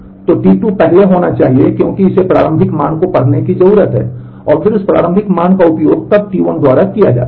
तो T2 पहले होना चाहिए क्योंकि इसे प्रारंभिक मान को पढ़ने की जरूरत है और फिर उस प्रारंभिक मान का उपयोग तब तक T1 द्वारा किया जाता है